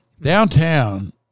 Downtown